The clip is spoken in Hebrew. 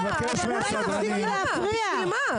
אני חושב שבזה כולנו שותפים.